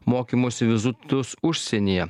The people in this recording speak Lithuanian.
mokymosi vizitus užsienyje